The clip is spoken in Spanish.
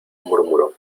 murmuró